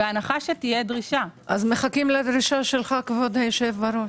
אז מחכים לדרישה שלך, כבוד היושב-ראש.